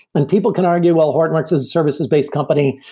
and people can argue while hortonworks is a services based company,